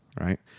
Right